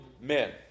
men